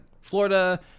Florida